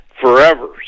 forever